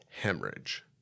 hemorrhage